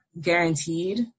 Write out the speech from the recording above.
guaranteed